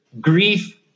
grief